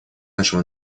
нашего